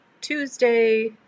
Tuesday